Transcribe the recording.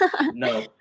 No